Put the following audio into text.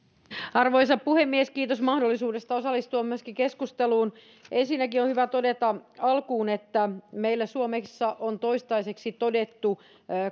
arvoisa puhemies kiitos mahdollisuudesta osallistua myöskin keskusteluun ensinnäkin on hyvä todeta alkuun että meillä suomessa on toistaiseksi todettu